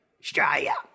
Australia